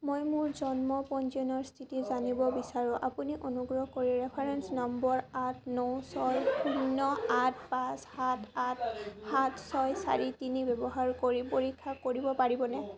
মই মোৰ জন্ম পঞ্জীয়নৰ স্থিতি জানিব বিচাৰোঁ আপুনি অনুগ্ৰহ কৰি ৰেফাৰেন্স নম্বৰ আঠ ন ছয় শূন্য আঠ পাঁচ সাত আঠ সাত ছয় চাৰি তিনি ব্যৱহাৰ কৰি পৰীক্ষা কৰিব পাৰিবনে